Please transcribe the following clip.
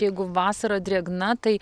jeigu vasarą drėgna tai